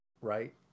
right